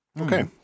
Okay